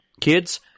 kids